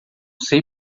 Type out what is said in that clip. sei